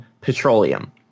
petroleum